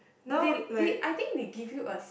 but they they I think they give you a